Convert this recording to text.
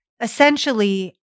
Essentially